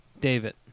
David